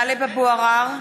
(קוראת בשמות חברי הכנסת) טלב אבו עראר,